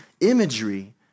imagery